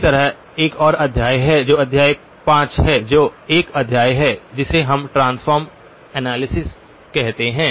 इसी तरह एक और अध्याय है जो अध्याय 5 है जो एक अध्याय है जिसे हम ट्रान्फ़्राम एनालिसिस कहते हैं